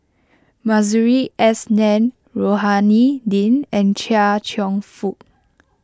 Masuri S Rohani Din and Chia Cheong Fook